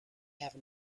have